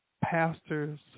pastors